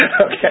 Okay